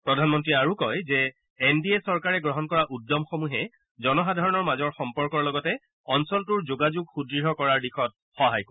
প্ৰধানমন্ত্ৰীয়ে আৰু কয় যে এন ডি এ চৰকাৰে গ্ৰহণ কৰা উদ্যমসমূহে জনসাধাৰণৰ মাজৰ সম্পৰ্কৰ লগতে অঞ্চলটোৰ যোগাযোগ সুদৃঢ় কৰাৰ দিশত সহায় কৰিব